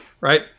right